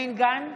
בנימין גנץ,